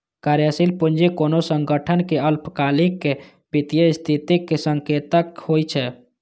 कार्यशील पूंजी कोनो संगठनक अल्पकालिक वित्तीय स्थितिक संकेतक होइ छै